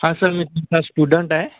हा सर मी तुमचा स्टुडन्टाय